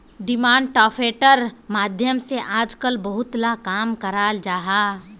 demand ड्राफ्टेर माध्यम से आजकल बहुत ला काम कराल जाहा